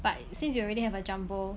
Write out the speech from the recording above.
but since you already have a jumbo